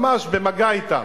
ממש במגע אתם.